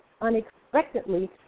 unexpectedly